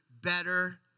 better